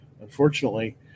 Unfortunately